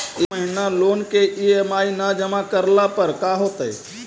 एक महिना लोन के ई.एम.आई न जमा करला पर का होतइ?